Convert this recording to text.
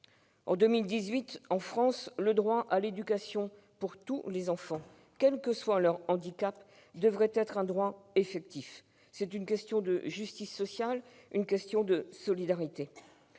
En 2018, en France, le droit à l'éducation pour tous les enfants, quel que soit leur handicap, devrait être un droit effectif. C'est une question de justice sociale et de solidarité.